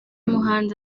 muhanzi